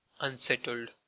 Unsettled